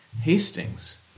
Hastings